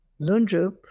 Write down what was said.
Lundrup